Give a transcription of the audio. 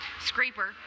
scraper